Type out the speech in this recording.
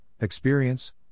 experience